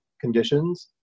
conditions